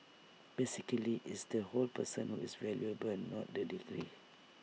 basically it's the whole person who is valuable not the degree